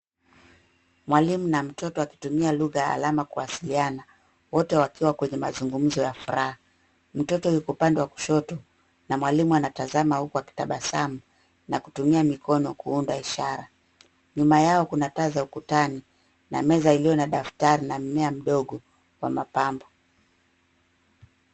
Mwalimu na mtoto wakitumia lugha ya alama kuwasiliana, wote wakiwa kwenye mazungumzo ya furaha. Mtoto yuko upande wa kushoto na mwalimu anatazama huku akitabasamu na kutumia mikono kuunda ishara. Nyuma yao kuna taa za ukutani na meza iliyo na daftari na mmea mdogo wa mapambo.